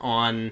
on